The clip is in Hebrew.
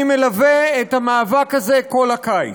אני מלווה את המאבק הזה כל הקיץ,